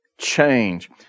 change